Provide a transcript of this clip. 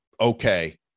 okay